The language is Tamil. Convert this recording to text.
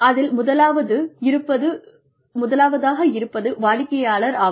அதில் முதலாவதாக இருப்பது வாடிக்கையாளர் ஆவார்